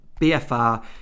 BFR